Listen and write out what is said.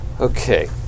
Okay